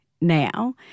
now